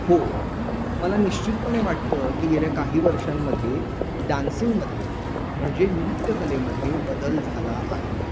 हो मला निश्चितपणे वाटतं की गेल्या काही वर्षांमध्ये डान्सिंगमध्ये म्हणजे नृत्यकलेमध्ये बदल झाला आहे